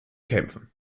kämpfen